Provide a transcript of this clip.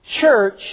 church